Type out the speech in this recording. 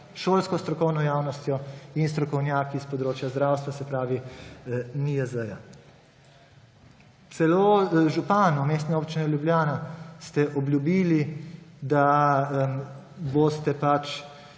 šolsko strokovno javnostjo in strokovnjaki s področja zdravstva, se pravi NIJZ-ja. Celo županu Mestne občine Ljubljana ste obljubili, da boste pač